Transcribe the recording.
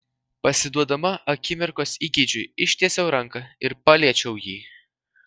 pasiduodama akimirkos įgeidžiui ištiesiau ranką ir paliečiau jį